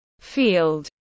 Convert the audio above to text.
Field